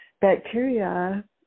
bacteria